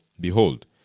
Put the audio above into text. behold